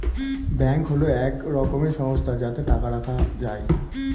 bank হল এক রকমের সংস্থা যাতে টাকা রাখা যায়